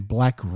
Black